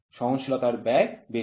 সহনশীলতার ব্যয় বেশি